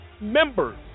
members